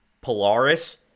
Polaris